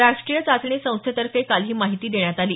राष्ट्रीय चाचणी संस्थेतर्फे काल ही माहिती देण्यात आली